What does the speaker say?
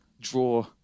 draw